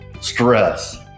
stress